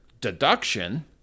deduction